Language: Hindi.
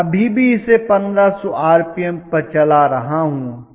मैं अभी भी इसे 1500 आरपीएम पर चला रहा हूं